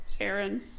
Aaron